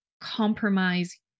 compromise